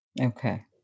Okay